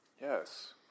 Yes